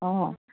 অঁ